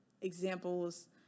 examples